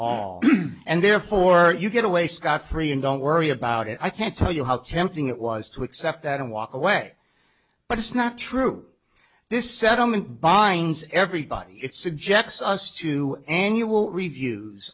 all and therefore you get away scot free and don't worry about it i can't tell you how tempting it was to accept that and walk away but it's not true this settlement binds everybody it's subjects us to annual reviews